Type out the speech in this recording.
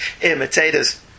imitators